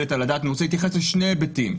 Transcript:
על הדעת אני רוצה להתייחס לשני היבטים.